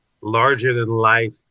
larger-than-life